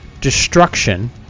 destruction